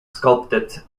sculpted